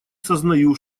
сознаю